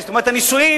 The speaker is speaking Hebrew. זאת אומרת, הנישואים